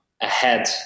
ahead